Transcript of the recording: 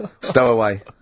Stowaway